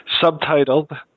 subtitled